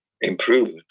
improved